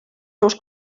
seus